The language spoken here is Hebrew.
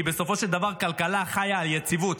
כי בסופו של דבר כלכלה חיה על יציבות,